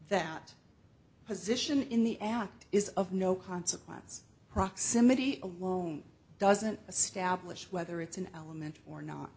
that position in the act is of no consequence proximity alone doesn't establish whether it's an element or not